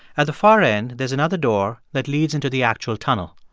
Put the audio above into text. at the far end, there's another door that leads into the actual tunnel.